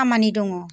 खामानि दङ